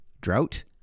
drought